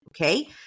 Okay